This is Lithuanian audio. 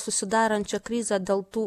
susidarančią krizę dėl tų